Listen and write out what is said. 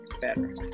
better